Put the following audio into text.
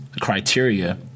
criteria